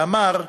ואמר: